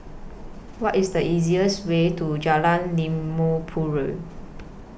What IS The easiest Way to Jalan Limau Purut